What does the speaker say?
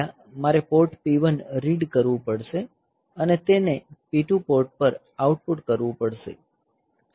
પહેલા મારે port P1 read કરવું પડશે અને તેને P2 પોર્ટ પર આઉટપુટ કરવું પડશે